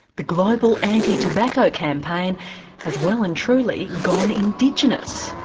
the global anti-tobacco campaign has well and truly gone indigenous.